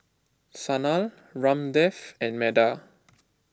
Sanal Ramdev and Medha